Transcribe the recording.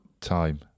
time